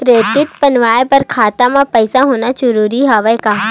Credit बनवाय बर खाता म पईसा होना जरूरी हवय का?